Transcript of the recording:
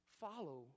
Follow